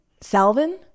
salvin